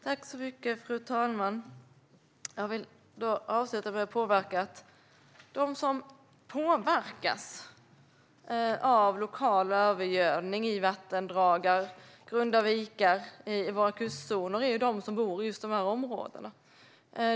Fru talman! Jag vill avsluta med att påpeka att de som påverkas av lokal övergödning i vattendrag, i grunda vikar och vid våra kustzoner, är de som bor i just de områdena.